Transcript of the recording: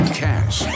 cash